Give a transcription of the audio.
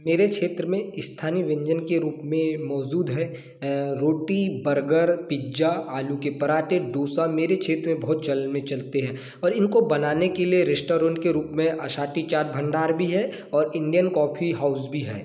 मेरे क्षेत्र में स्थानीय व्यंजन के रूप में मौजूद है रोटी बर्गर पिज्जा आलू के पराठे डोसा मेरे क्षेत्र में बहुत चलन में चलते है और इनको बनाने के लिए रेस्टोरेंट के रूप में अशाटी चाट भंडार भी है और इंडियन कॉफी हाउस भी है